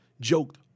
joked